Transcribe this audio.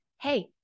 Hey